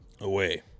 Away